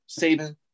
Saban